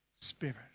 Spirit